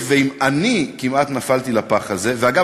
ואם אני כמעט נפלתי בפח הזה ואגב,